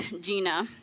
Gina